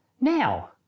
Now